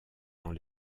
dans